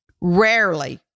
rarely